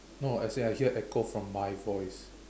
no as in I hear echo from my voice